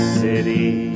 city